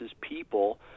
people